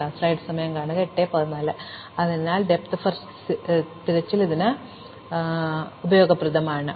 അതിനാൽ ആഴത്തിലുള്ള ആദ്യ തിരയൽ വളരെ ഉപകാരപ്രദമായ ഒന്നിനുമിടയിലായിരിക്കില്ലെന്ന് തോന്നുന്നു പക്ഷേ യഥാർത്ഥത്തിൽ ഈ ആവർത്തന പര്യവേക്ഷണം ധാരാളം വിവരങ്ങൾ നൽകുന്നു